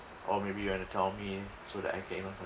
or maybe you want to tell me so that I can even